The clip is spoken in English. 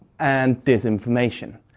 and disinformation.